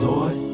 Lord